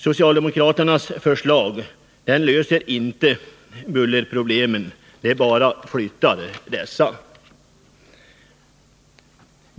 Socialdemokraternas förslag löser inte bullerproblemen — det bara flyttar dessa.